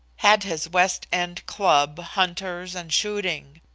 had his west end club, hunters, and shooting.